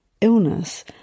illness